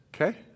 Okay